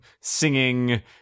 singing